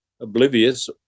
oblivious